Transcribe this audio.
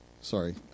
Sorry